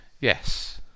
yes